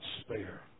spare